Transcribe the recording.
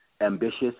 ambitious